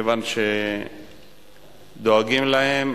כיוון שדואגים להם.